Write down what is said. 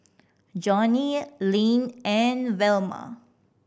Johnnie Lynne and Velma